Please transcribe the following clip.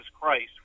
Christ